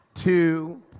two